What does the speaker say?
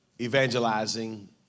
evangelizing